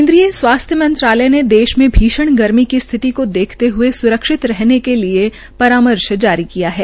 केनद्रीय स्वास्थ्य मंत्रालय ने देश में भीषण गर्मी की स्थिति को देखते हये स्रक्षित रहने के लिये एडवाईजरी जारी की है